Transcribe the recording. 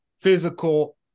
physical